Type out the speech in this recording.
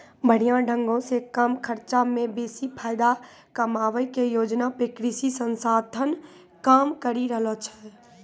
बढ़िया ढंगो से कम खर्चा मे बेसी फायदा कमाबै के योजना पे कृषि संस्थान काम करि रहलो छै